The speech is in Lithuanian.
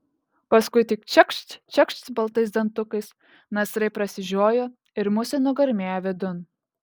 paskui tik čekšt čekšt baltais dantukais nasrai prasižiojo ir musė nugarmėjo vidun